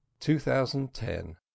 2010